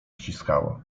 ściskało